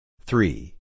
Three